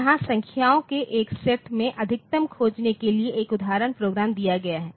यहाँ संख्याओं के एक सेट में अधिकतम खोजने के लिए एक उदाहरण प्रोग्राम दिया गया है